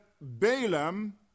Balaam